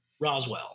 roswell